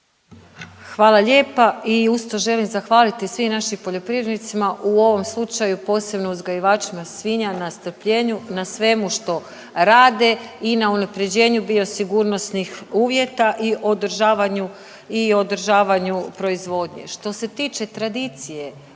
Hvala lijepa i uz to želim zahvaliti svim našim poljoprivrednicima, u ovom slučaju posebno uzgajivačima svinja na strpljenju, na svemu što rade i na unaprjeđenju biosigurnosnih uvjeta i održavanju i održavanju proizvodnje. Što se tiče tradicije,